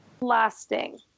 lasting